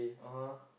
(uh huh)